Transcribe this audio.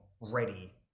ready